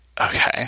okay